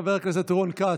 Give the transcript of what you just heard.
חבר הכנסת רון כץ,